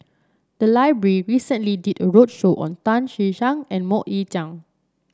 the library recently did a roadshow on Tan Che Sang and MoK Ying Jang